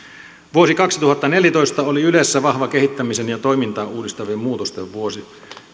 vuosi kaksituhattaneljätoista oli ylessä vahva kehittämisen ja toimintaa uudistavien muutosten vuosi